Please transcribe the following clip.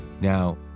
Now